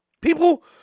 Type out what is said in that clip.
People